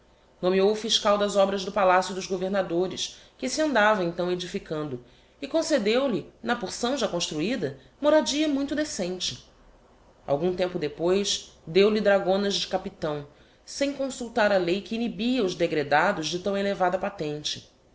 cortezia nomeou o fiscal das obras do palacio dos governadores que se andava então edificando e coucedeu lhe na porção já construida moradia muito decente algum tempo depois deu-lhe dragonas de capitão sem consultar a lei que inhibia os degredados de tão elevada patente